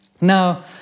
Now